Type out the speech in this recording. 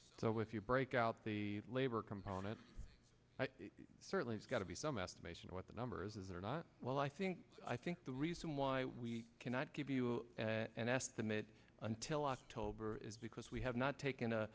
so if you break out the labor component certainly it's got to be some estimation what the numbers is that are not well i think i think the reason why we cannot give you an estimate until october is because we have not taken a